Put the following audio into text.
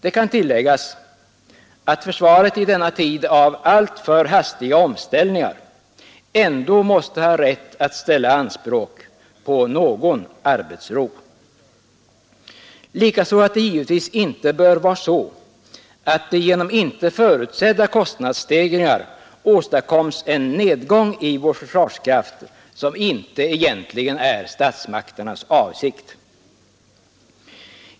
Det kan tilläggas att försvaret i denna tid av alltför hastiga omställningar ändå måste ha rätt att ställa anspråk på någon arbetsro, likaså att det givetvis inte bör vara så att det genom inte förutsedda kostnadsstegringar åstadkommes en nedgång i vår försvarskraft, som inte egentligen är statsmakternas avsikt.